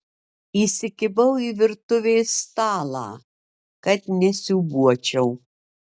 įsikibau į virtuvės stalą kad nesiūbuočiau